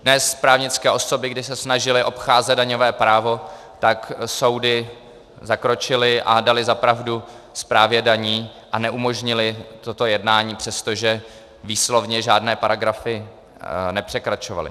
Dnes právnické osoby, když se snažily obcházet daňové právo, tak soudy zakročily a daly za pravdu správě daní a neumožnily toto jednání, přestože výslovně žádné paragrafy nepřekračovaly.